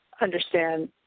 understand